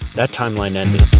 that timeline ended.